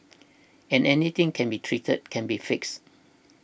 and anything can be treated can be fixed